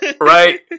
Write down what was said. Right